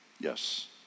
yes